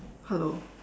hello